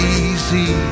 easy